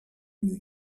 new